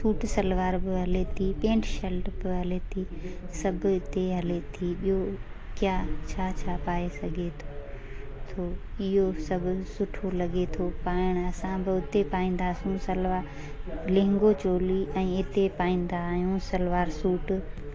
suit सलवार बि हले थी पेंट शर्ट बि हले थी सभु इते हले थी ॿियों छा छा पाए सघे थो इहो सभु सुठो लॻे थो पाइण असां बि हुते पाईंदासूं सलवार लहंगो चोली ऐं इते पाईंदा आहियूं सलवार सूट